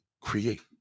create